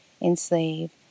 enslave